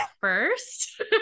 first